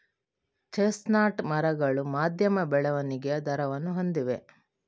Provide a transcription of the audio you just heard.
chestnut ಮರಗಳು ಮಧ್ಯಮ ಬೆಳವಣಿಗೆಯ ದರವನ್ನು ಹೊಂದಿವೆ